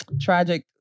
tragic